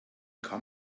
kann